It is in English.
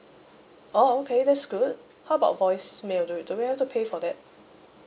oh okay that's good how about voicemail do do we have to pay for that